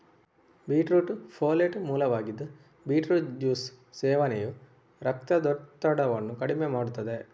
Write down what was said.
beetroot folate ಮೂಲವಾಗಿದ್ದು beetroot juice ಸೇವನೆಯು ರಕ್ತದೊತ್ತಡವನ್ನು ಕಡಿಮೆ ಮಾಡುತ್ತದೆ